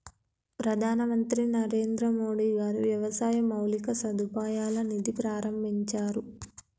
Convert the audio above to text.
ప్రధాన మంత్రి నరేంద్రమోడీ గారు వ్యవసాయ మౌలిక సదుపాయాల నిధి ప్రాభించారు